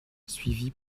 suivis